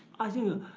i think,